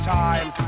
time